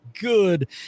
good